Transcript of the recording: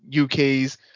UK's